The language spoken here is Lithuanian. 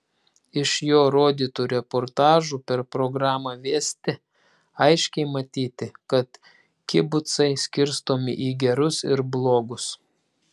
iš jo rodytų reportažų per programą vesti aiškiai matyti kad kibucai skirstomi į gerus ir blogus